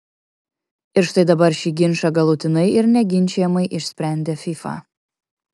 ir štai dabar šį ginčą galutinai ir neginčijamai išsprendė fifa